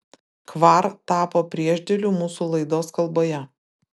kvar tapo priešdėliu mūsų laidos kalboje